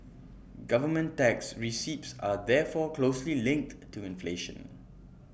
government tax receipts are therefore closely linked to inflation